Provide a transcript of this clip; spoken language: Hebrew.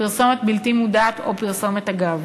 פרסומת בלתי מודעת או פרסומת-אגב.